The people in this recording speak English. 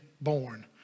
born